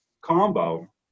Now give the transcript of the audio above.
combo